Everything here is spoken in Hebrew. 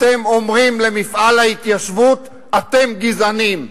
אתם אומרים למפעל ההתיישבות: אתם גזענים.